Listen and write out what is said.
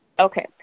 okay